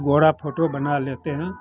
गोरा फोटो बना लेते हैं